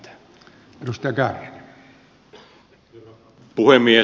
herra puhemies